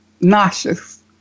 nauseous